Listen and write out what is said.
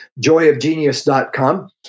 joyofgenius.com